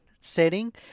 setting